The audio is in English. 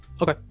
Okay